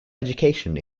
education